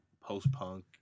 post-punk